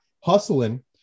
hustling